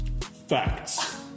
Facts